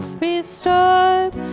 restored